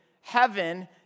heaven